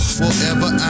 forever